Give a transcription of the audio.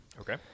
Okay